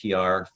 PR